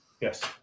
Yes